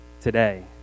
today